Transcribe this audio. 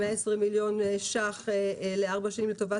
120 מיליון שקלים לארבע שנים לטובת